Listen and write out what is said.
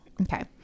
Okay